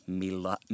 millä